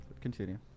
continue